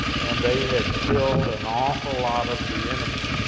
and they had killed an awful lot of the enemy.